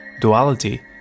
Duality